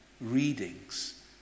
readings